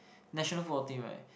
national football team [right]